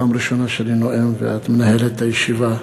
זו פעם ראשונה שאני נואם ואת מנהלת את הישיבה,